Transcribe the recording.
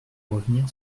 revenir